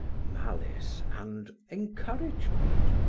malice, and encouragement.